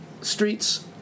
streets